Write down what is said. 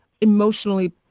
emotionally